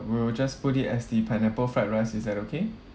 we will just put it as the pineapple fried rice is that okay